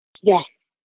Yes